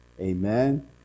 Amen